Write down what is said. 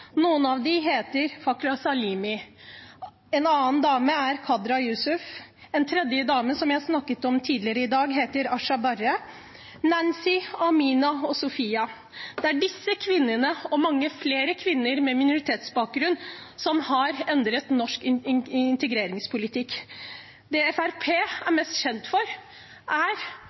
noen kvinner som har endret norsk integreringspolitikk. En av dem heter Fakra Salimi. En annen dame er Kadra Yusuf. En tredje dame, som jeg snakket om tidligere i dag, heter Asha Barre. Nancy, Amina og Sofia – det er disse kvinnene og mange flere kvinner med minoritetsbakgrunn som har endret norsk integreringspolitikk. Det Fremskrittspartiet er mest kjent for, er